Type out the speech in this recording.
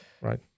right